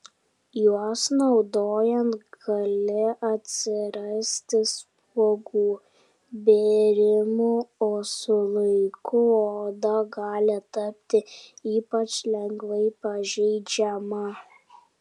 juos naudojant gali atsirasti spuogų bėrimų o su laiku oda gali tapti ypač lengvai pažeidžiama